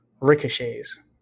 ricochets